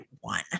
one